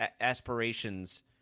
aspirations